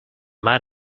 might